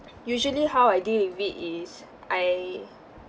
usually how I deal with it is I